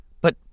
But